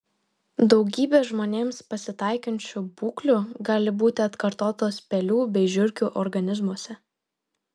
daugybė žmonėms pasitaikančių būklių gali būti atkartotos pelių bei žiurkių organizmuose